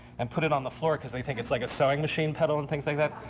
and put it on the floor because they think it's like a sewing machine pedal and things like that.